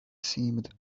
seemed